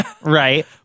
right